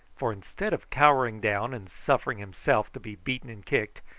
for instead of cowering down and suffering himself to be beaten and kicked,